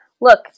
Look